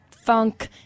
funk